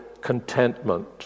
Contentment